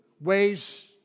ways